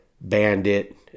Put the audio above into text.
bandit